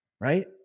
right